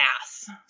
ass